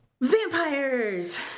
Vampires